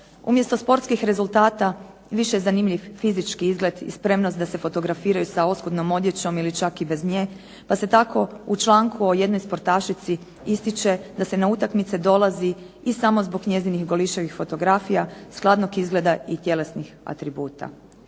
Umjesto sportskih rezultata, više zanimljiv fizički izgled i spremnost da se fotografiraju sa oskudnom odjećom ili čak i bez nje pa se tako u članku o jednoj sportašici ističe da se na utakmice dolazi i samo zbog njezinih golišavih fotografija, skladnog izgleda i tjelesnih atributa.